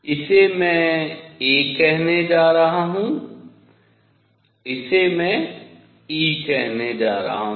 इसे मैं a कहने जा रहा हूँ इसे मैं e कहने जा रहा हूँ